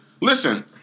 Listen